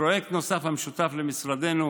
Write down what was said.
בפרויקט נוסף המשותף למשרדנו